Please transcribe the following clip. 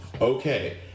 Okay